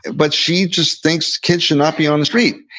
but she just thinks kids should not be on the street.